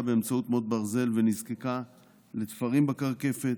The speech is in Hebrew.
באמצעות מוט ברזל ונזקקה לתפרים בקרקפת.